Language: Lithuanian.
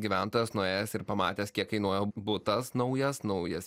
gyventojas nuėjęs ir pamatęs kiek kainuoja butas naujas naujas